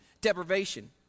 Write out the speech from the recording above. deprivation